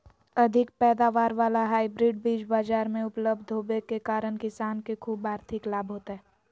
अधिक पैदावार वाला हाइब्रिड बीज बाजार मे उपलब्ध होबे के कारण किसान के ख़ूब आर्थिक लाभ होतय